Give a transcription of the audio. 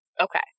Okay